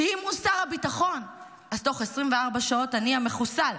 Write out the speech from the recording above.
שאם הוא שר הביטחון, אז תוך 24 שעות הנייה מחוסל.